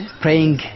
praying